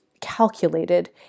calculated